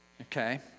okay